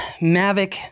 Mavic